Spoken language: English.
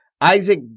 Isaac